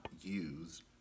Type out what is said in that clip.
use